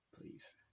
please